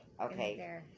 Okay